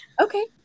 Okay